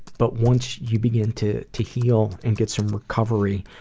but once you begin to to heal and get some recovery,